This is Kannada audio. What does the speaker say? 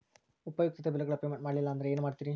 ಉಪಯುಕ್ತತೆ ಬಿಲ್ಲುಗಳ ಪೇಮೆಂಟ್ ಮಾಡಲಿಲ್ಲ ಅಂದರೆ ಏನು ಮಾಡುತ್ತೇರಿ?